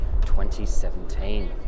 2017